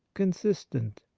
consistent,